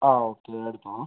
ആ ഓക്കെ എടുത്തോളൂ